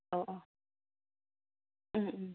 अ ओम ओम